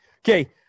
Okay